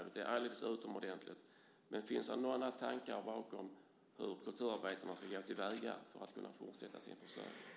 Det är alldeles utomordentligt, men jag undrar om det finns några tankar om hur kulturarbetarna ska gå till väga för att kunna fortsätta att försörja sig.